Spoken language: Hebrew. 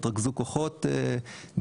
התרכזו כוחות בגבול,